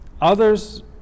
others